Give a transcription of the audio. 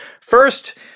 First